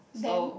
then